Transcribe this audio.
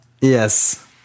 Yes